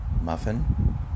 Muffin